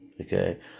okay